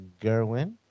Gerwin